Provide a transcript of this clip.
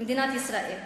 במדינת ישראל.